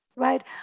Right